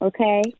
Okay